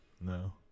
No